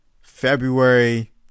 February